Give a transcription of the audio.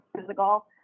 physical